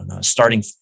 starting